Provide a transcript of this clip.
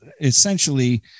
essentially